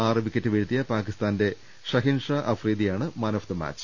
ആറ് വിക്കറ്റ് വീഴ്ത്തിയ പാകിസ്ഥാന്റെ ഷഹീൻഷാ അഫ്രീദിയാണ് മാൻ ഓഫ് ദി മാച്ച്